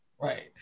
Right